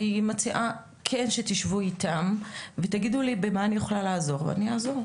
אני מציעה כן שתשבו איתם ותגידו לי במה אני יכולה לעזור ואני אעזור.